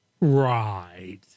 Right